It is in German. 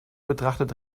betrachtet